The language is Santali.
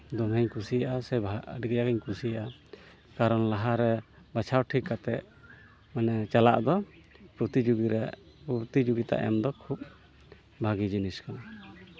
ᱫᱚᱢᱮᱧ ᱠᱩᱥᱤᱭᱟᱜᱼᱟ ᱥᱮ ᱟᱹᱰᱤᱜᱟᱱᱤᱧ ᱠᱩᱥᱤᱭᱟᱜᱼᱟ ᱠᱟᱨᱚᱱ ᱞᱟᱦᱟᱨᱮ ᱵᱟᱪᱷᱟᱣ ᱴᱷᱤᱠ ᱠᱟᱛᱮᱫ ᱢᱟᱱᱮ ᱪᱟᱞᱟᱜ ᱫᱚ ᱯᱨᱚᱛᱤᱡᱳᱜᱤ ᱨᱮ ᱯᱨᱚᱛᱡᱳᱜᱤᱛᱟ ᱮᱢ ᱫᱚ ᱠᱷᱩᱵ ᱵᱷᱟᱹᱜᱤ ᱡᱤᱱᱤᱥ ᱠᱟᱱᱟ